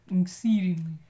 Exceedingly